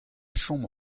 chom